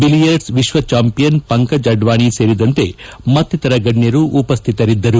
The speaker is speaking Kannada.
ಬಿಲಿಯರ್ಡ್ಸ್ ವಿಕ್ವ ಚಾಂಪಿಯನ್ ಪಂಕಜ್ ಅಡ್ವಾನಿ ಸೇರಿದಂತೆ ಮತ್ತಿತರ ಗಣ್ಣರು ಉಪಸ್ವಿತರಿದ್ದರು